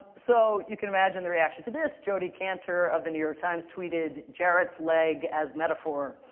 so you can imagine the reaction to this. jodi kantor of the new york times tweeted jarrett's leg as metaphor.